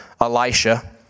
Elisha